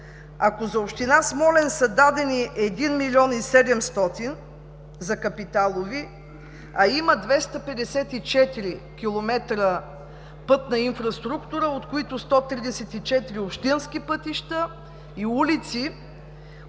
ако за община Смолян са дадени 1 млн. 700 лв. за капиталови, има 254 км пътна инфраструктура, от които 134 общински пътища и улици.